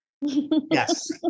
Yes